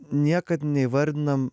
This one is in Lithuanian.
niekad neįvardinam